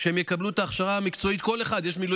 שכל אחד מהם יקבל את ההכשרה המקצועית.